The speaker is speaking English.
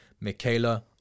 Michaela